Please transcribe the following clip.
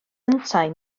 yntau